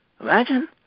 Imagine